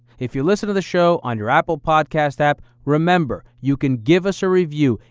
if you listen to the show on your apple podcast app, remember you can give us a review.